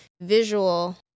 visual